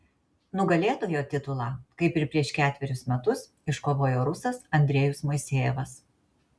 nugalėtojo titulą kaip ir prieš ketverius metus iškovojo rusas andrejus moisejevas